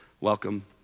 Welcome